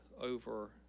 over